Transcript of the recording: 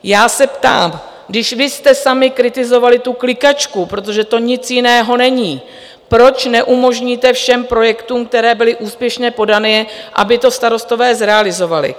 Já se ptám, když vy jste sami kritizovali tu klikačku protože to nic jiného není proč neumožníte všem projektům, které byly úspěšně podané, aby to starostové zrealizovali?